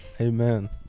amen